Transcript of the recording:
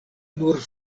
nur